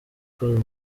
col